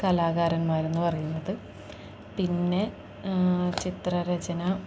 കലാകാരന്മാരെന്നു പറയുന്നത് പിന്നെ ചിത്രരചന